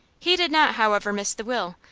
he did not, however, miss the will,